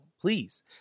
please